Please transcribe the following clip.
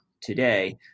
today